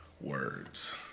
words